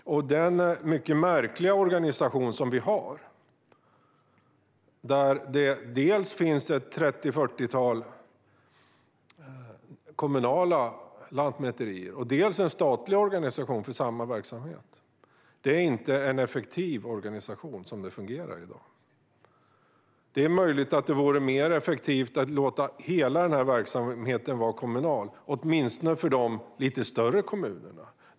Den mycket märkliga organisation som vi har, där det dels finns 30-40 kommunala lantmäterier, dels en statlig organisation för samma verksamhet, är inte effektiv så som det fungerar i dag. Det är möjligt att det vore mer effektivt att låta hela verksamheten vara kommunal, åtminstone för de lite större kommunerna.